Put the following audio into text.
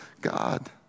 God